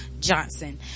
Johnson